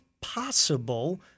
possible